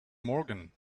morgan